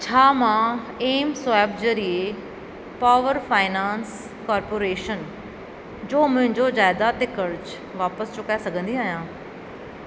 छा मां M swipe ज़रिए पावर फ़ाइनांस कॉर्पोरेशन जो मुंहिंजो जाइदाद ते क़र्ज़ु वापसि चुकाए सघंदी आहियां